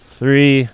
three